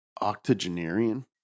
octogenarian